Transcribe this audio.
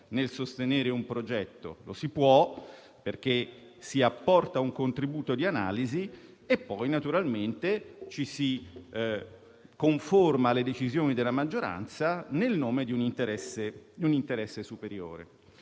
nel sostenere un progetto - lo si può perché si apporta un contributo di analisi - e poi naturalmente ci si conforma alle decisioni della maggioranza nel nome di un interesse superiore.